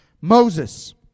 Moses